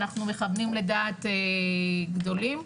אנחנו מכוונים לדעת גדולים.